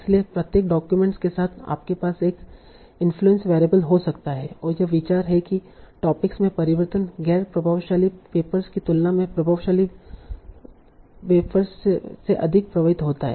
इसलिए प्रत्येक डॉक्यूमेंट के साथ आपके पास एक इन्फ्लुएंस वेरिएबल हो सकता है और विचार यह है कि टॉपिक्स में परिवर्तन गैर प्रभावशाली पेपर्स की तुलना में प्रभावशाली वपेर्स से अधिक प्रभावित होता है